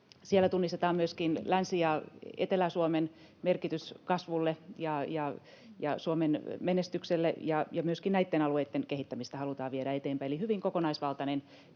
Siellä tunnistetaan myöskin Länsi- ja Etelä-Suomen merkitys kasvulle ja Suomen menestykselle ja myöskin näitten alueitten kehittämistä halutaan viedä eteenpäin. Eli on hyvin kokonaisvaltaista